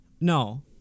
No